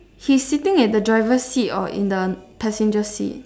he's is sitting at the driver seat or in the passenger seat